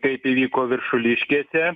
kaip įvyko viršuliškėse